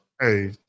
Hey